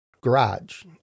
garage